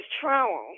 trowel